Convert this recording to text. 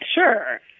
Sure